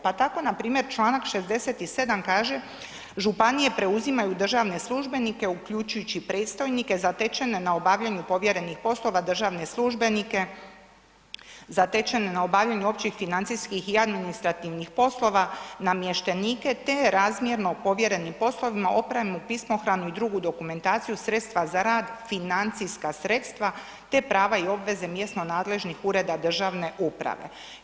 Pa tako npr. Članak 67. kaže županije preuzimaju državne službenike uključujući predstojnike zatečene na obavljanju povjerenih poslova, državne službenike zatečene na obavljanju općih financijskih i administrativnih poslova, namještenike te razmjerno povjerenim poslovima, opremu, pismohranu i drugu dokumentaciju, sredstava za rad, financijska sredstava te prava i obveze mjesno nadležnih ureda državne uprave.